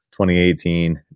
2018